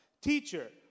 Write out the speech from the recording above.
Teacher